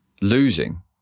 losing